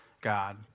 God